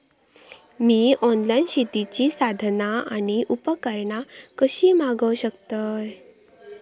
मी online शेतीची साधना आणि उपकरणा कशी मागव शकतय?